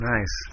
Nice